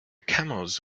camels